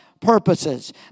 purposes